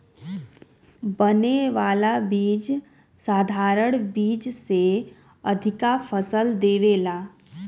बने वाला बीज साधारण बीज से अधिका फसल देवेला